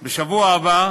גם,